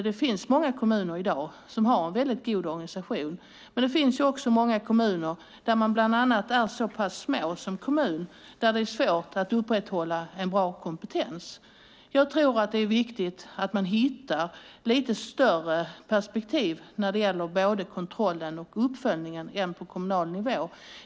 Det finns många kommuner som i dag har en väldigt god organisation, men det finns också många kommuner som är så pass små att det är svårt att upprätthålla en bra kompetens. Jag tror att det är viktigt att man hittar lite större perspektiv än den kommunala nivån när det gäller både kontrollen och uppföljningen.